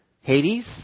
Hades